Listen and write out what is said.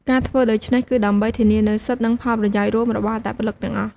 ការធ្វើដូច្នេះ គឺដើម្បីធានានូវសិទ្ធិ និងផលប្រយោជន៍រួមរបស់អត្តពលិកទាំងអស់។